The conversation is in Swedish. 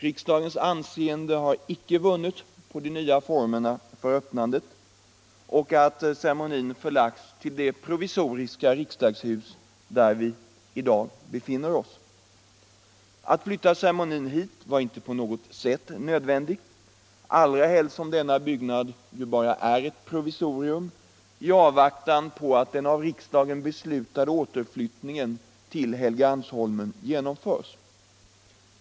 Riksdagens anseende har icke vunnit på de nya formerna för öppnandet eller på att ceremonin förlagts till det provisoriska riksdagshuset där vi i dag befinner OSS. Att flytta ceremonin hit var inte nödvändigt, allra helst som denna byggnad bara är ett provisorium i avvaktan på att den av riksdagen beslutade återflyttningen till Helgeandsholmen genomförs.